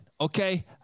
Okay